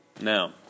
Now